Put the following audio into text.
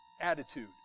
attitude